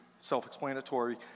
self-explanatory